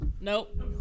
Nope